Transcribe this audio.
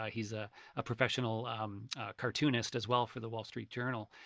ah he's ah a professional cartoonist as well for the wall street journal.